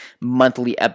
monthly